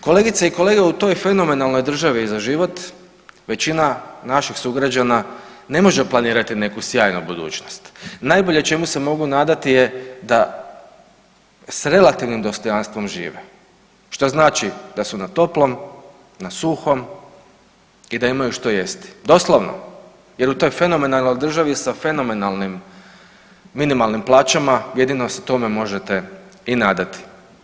Kolegice i kolege u toj fenomenalnoj državi za život većina naših sugrađana ne može planirati neku sjajnu budućnost, najbolje čemu se mogu nadati je da s relativnim dostojanstvom žive, što znači da su na toplom, na suhom i da imaju što jesti, doslovno jer u toj fenomenalnoj državi sa fenomenalnim minimalnim plaćama jedino se tome možete i nadati.